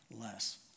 Less